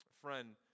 Friend